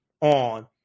on